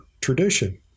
tradition